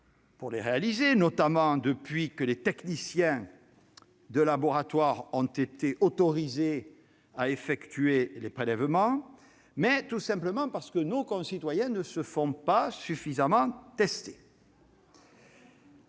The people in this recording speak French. pour les réaliser, notamment depuis que les techniciens de laboratoire ont été autorisés à effectuer les prélèvements ; mais nos concitoyens ne se font pas suffisamment tester,